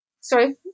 Sorry